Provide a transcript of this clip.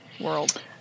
world